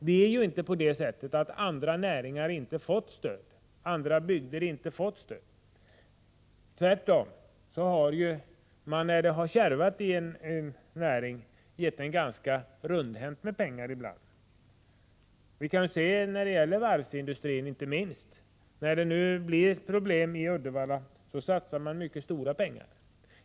Det är inte så att andra bygder eller näringar inte fått stöd. Tvärtom har man ju, när det har kärvat inom en näring, varit ganska rundhänt med pengar. Det gäller inte minst varvsindustrin. När det nu blir problem i Uddevalla satsar man mycket stora pengar där.